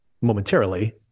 momentarily